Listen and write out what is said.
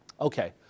Okay